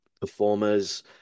performers